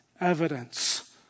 evidence